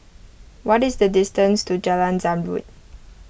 what is the distance to Jalan Zamrud